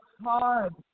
hard